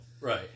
Right